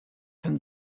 from